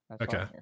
Okay